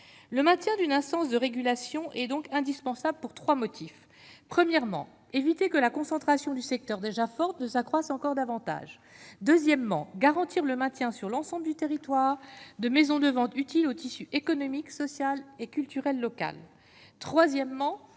le maintien d'une instance de régulation et donc indispensable pour 3 motifs : premièrement éviter que la concentration du secteur déjà forte ne s'accroissent encore davantage, deuxièmement garantir le maintien sur l'ensemble du territoire de maisons de vente utile au tissu économique, social et culturel local, troisièmement